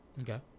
Okay